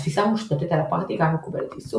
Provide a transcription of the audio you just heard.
התפיסה מושתתת על הפרקטיקה המקובלת – יישום